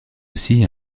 aussi